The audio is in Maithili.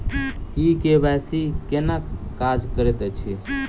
ई के.वाई.सी केना काज करैत अछि?